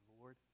Lord